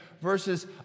versus